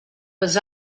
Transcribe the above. was